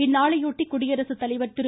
இந்நாளையொட்டி குடியரசுத்தலைவர் திரு